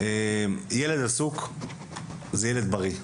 ילד עסוק - זה ילד בריא.